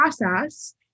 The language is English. process